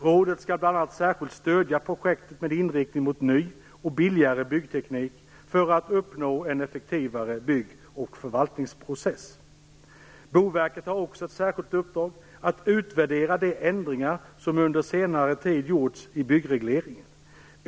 Rådet skall bl.a. särskilt stödja projekt med inriktning mot ny och billigare byggteknik för att uppnå en effektivare bygg och förvaltningsprocess. Boverket har också ett särskilt uppdrag att utvärdera de ändringar som under senare tid gjorts i byggregleringen.